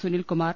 Sunilkumar